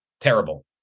terrible